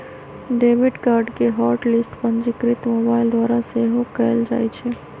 debit card के hot list पंजीकृत mobile द्वारा सेहो कएल जाइ छै